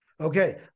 Okay